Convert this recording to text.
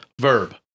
Verb